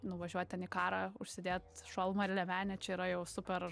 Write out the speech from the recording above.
nuvažiuot ten į karą užsidėt šalmą ir liemenę čia yra jau super